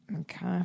Okay